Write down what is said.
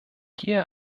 gehe